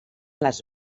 les